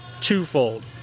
twofold